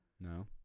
No